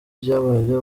byabaye